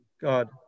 God